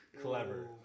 clever